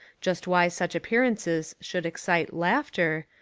just why such appearances should excite laughter,